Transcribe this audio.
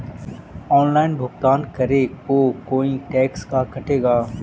Online भुगतान करे को कोई टैक्स का कटेगा?